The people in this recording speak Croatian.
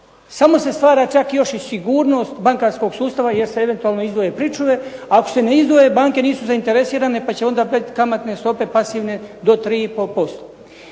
samo se stvara čak još i sigurnost bankarskog sustava jer se eventualno izdvoje pričuve, a ako se ne izdvoje banke nisu zainteresirane pa će onda kamatne stope pasivne do 3,5%.